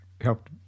helped